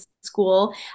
school